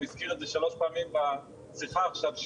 הזכיר את זה שלוש פעמים בשיחה עכשיו,